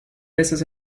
veces